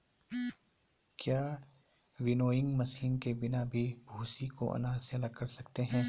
क्या winnowing machine के बिना भी भूसी को अनाज से अलग कर सकते हैं?